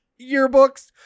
yearbooks